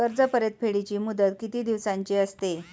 कर्ज परतफेडीची मुदत किती दिवसांची असते?